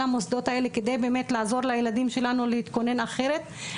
כל המוסדות האלה כדי באמת לעזור לילדים שלנו להתכונן אחרת.